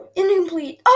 incomplete